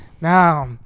Now